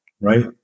Right